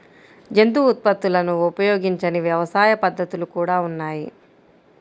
జంతు ఉత్పత్తులను ఉపయోగించని వ్యవసాయ పద్ధతులు కూడా ఉన్నాయి